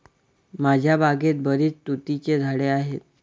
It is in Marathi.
माझ्या बागेत बरीच तुतीची झाडे आहेत